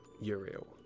uriel